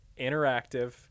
interactive